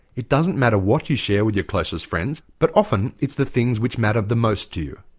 it doesn't matter what you share with your closest friends, but often it's the things which matter the most to you.